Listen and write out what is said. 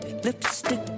lipstick